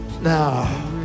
Now